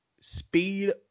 speed